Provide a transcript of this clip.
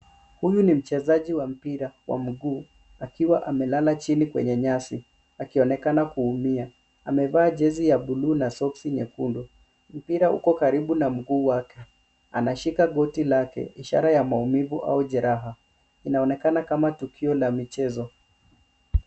Huyu ni mchezaji wa mbira wa mguu akiwa amelala jini kwenye nyasi akionekana kuumia amevaa jezi ya bluu na soksi nyekundu. Mpira uko karibu na mguu wake, anashika koti lake ishara ya maumivu au jereha, inaonekana kama tukio la mchezo.